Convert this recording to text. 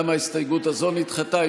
ההסתייגות הזאת נדחתה.